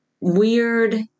weird